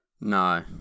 No